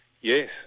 Yes